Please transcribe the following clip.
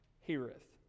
heareth